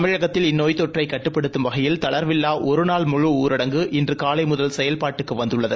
தமிழகத்தில் இந்நோய்த் தொற்றைகட்டுப்படுத்தம் வகையில் தளர்வில்வாஒருநாள் முழுஊரடங்கு இன்றுகாலைமுதல் செயல்பாட்டுக்குவந்துள்ளது